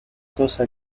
cosa